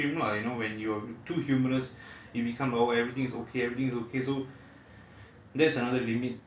at the same time of course there's another extreme lah you know when you too humorous you become oh everything is okay everything is okay so